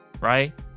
Right